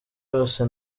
yose